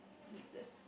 j~ just